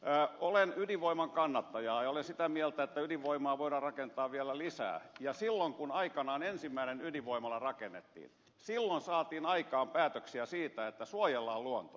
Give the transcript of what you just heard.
olen ydinvoiman kannattaja ja olen sitä mieltä että ydinvoimaa voidaan rakentaa vielä lisää ja silloin kun aikanaan ensimmäinen ydinvoimala rakennettiin silloin saatiin aikaan päätöksiä siitä että suojellaan luontoa